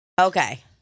Okay